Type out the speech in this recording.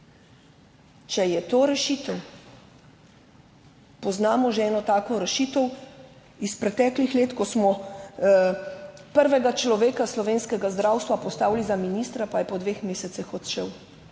Če je to rešitev? Poznamo že eno tako rešitev iz preteklih let, ko smo prvega človeka slovenskega zdravstva postavili za ministra, pa je po dveh mesecih odšel.